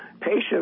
patient